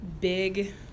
big